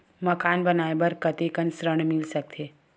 मकान बनाये बर कतेकन ऋण मिल सकथे?